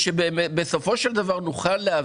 אנחנו רוצים לדעת כדי שבסופו של דבר נוכל להבין